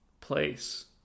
place